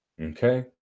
okay